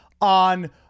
on